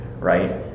right